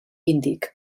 índic